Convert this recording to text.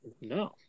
No